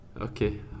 Okay